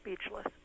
speechless